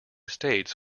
states